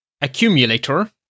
accumulator